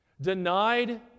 denied